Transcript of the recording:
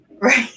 Right